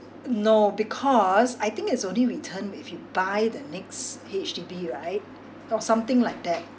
no because I think it's only return if you buy the next H_D_B right or something like that